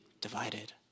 divided